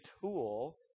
tool